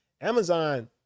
Amazon